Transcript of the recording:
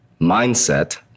mindset